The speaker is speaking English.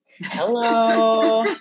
Hello